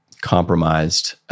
compromised